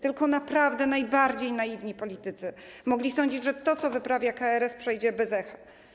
Tylko naprawdę najbardziej naiwni politycy mogli sądzić, że to, co wyprawia KRS, przejdzie bez echa.